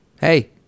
Hey